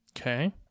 Okay